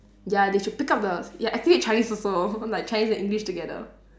ya they should pick up the ya actually chinese also like chinese and english together